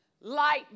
light